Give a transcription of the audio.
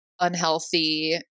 unhealthy